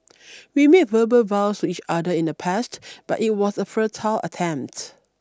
we made verbal vows to each other in the past but it was a futile attempt